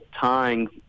tying